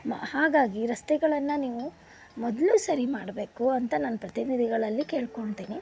ಹಾಗಾಗಿ ರಸ್ತೆಗಳನ್ನು ನೀವು ಮೊದಲು ಸರಿ ಮಾಡಬೇಕು ಅಂತ ನಾನು ಪ್ರತಿನಿಧಿಗಳಲ್ಲಿ ಕೇಳಿಕೊಳ್ತೀನಿ